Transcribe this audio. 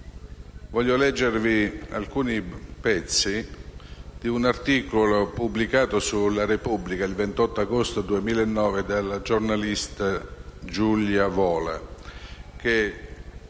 Voglio leggervi alcuni pezzi di un articolo pubblicato su «la Repubblica» il 28 agosto 2009 dalla giornalista Giulia Vola,